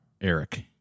Eric